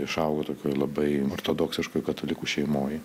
išaugo tokioj labai ortodoksiškoje katalikų šeimoj